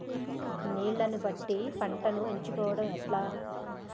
నీళ్లని బట్టి పంటను ఎంచుకోవడం ఎట్లా?